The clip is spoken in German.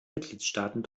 mitgliedstaaten